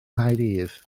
caerdydd